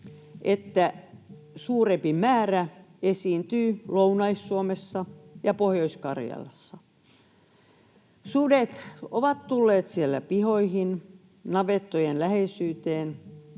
että suurempi määrä esiintyy Lounais-Suomessa ja Pohjois-Karjalassa. Sudet ovat tulleet siellä pihoihin ja navettojen läheisyyteen,